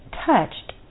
touched